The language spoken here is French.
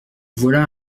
voilà